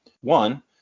One